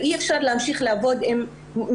אי אפשר להמשיך יותר לעבוד רק עם משפחות